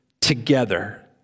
together